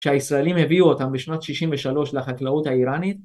שהישראלים הביאו אותם בשנות שישים ושלוש לחקלאות האיראנית